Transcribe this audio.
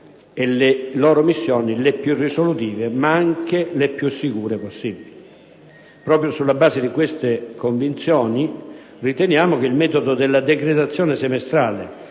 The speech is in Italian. e le loro missioni le più risolutive, ma anche le più sicure possibili. Proprio sulla base di tali convinzioni riteniamo che il metodo della decretazione semestrale,